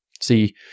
See